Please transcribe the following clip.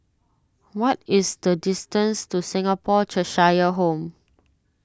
what is the distance to Singapore Cheshire Home